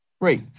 Great